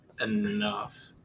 enough